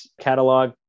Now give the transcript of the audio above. catalog